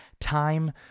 time